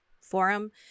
forum